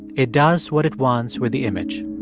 it does what it wants with the image